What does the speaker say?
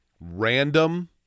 random